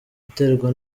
uterwa